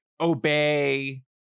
obey